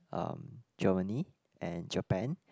um Germany and Japan